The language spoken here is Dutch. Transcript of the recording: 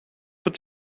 het